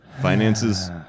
finances